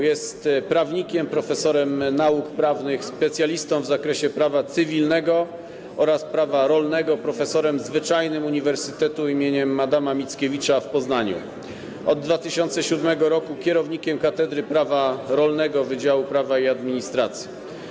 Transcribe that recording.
Jest prawnikiem, profesorem nauk prawnych, specjalistą w zakresie prawa cywilnego oraz prawa rolnego, profesorem zwyczajnym Uniwersytetu im. Adama Mickiewicza w Poznaniu, od 2007 r. kierownikiem Katedry Prawa Rolnego Wydziału Prawa i Administracji.